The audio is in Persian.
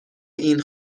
این